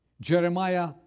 Jeremiah